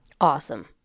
Awesome